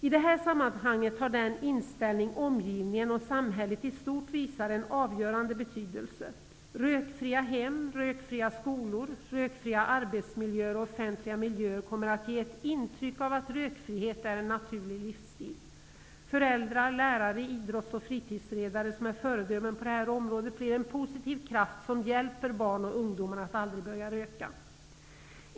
I det här sammanhanget har den inställning omgivningen och samhället i stort visar en avgörande betydelse. Rökfria hem, rökfria skolor, rökfria arbetsmiljöer och offentliga miljöer kommer att ge ett intryck av att rökfrihet är en naturlig livsstil. Föräldrar, lärare, idrotts och fritidsledare som är föredömen på det här området blir en positiv kraft, som hjälper barn och ungdomar att aldrig börja röka.